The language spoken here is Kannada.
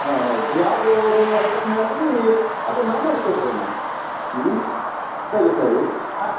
ಹಾಂ ಹೌದು ಯಾವ್ದು ನೀವು ಐಟಮ್ ಹೇಳ್ತೀರಿ ಅದನ್ನು ನಾವು ಮಾಡಿಕೊಡ್ತೇವೆ ನಾವು ಹ್ಞೂ ಸರಿ ಸರಿ ಹಾಂ